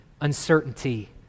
uncertainty